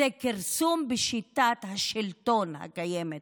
זה כרסום בשיטת השלטון הקיימת